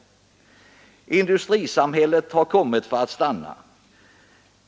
Industrisamhället har kommit för att stanna.